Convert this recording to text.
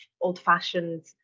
old-fashioned